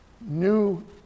New